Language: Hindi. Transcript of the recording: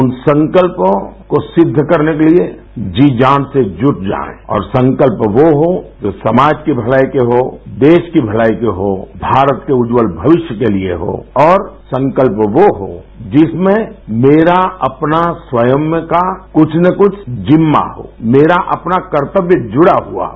उन संकल्पों को सिद्ध करने के लिए जी जान से जुट जाएँ और संकल्प वो हो जो समाज की भलाई के हो देश की भलाई के हो भारत के उज्ज्वल भविष्य के लिए हो और संकल्प वो हो जिसमें मेरा अपना स्वयं का कुछ न कुछ जिम्मा हो मेरा अपना कर्तव्य जुझा हुआ हो